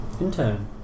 Intern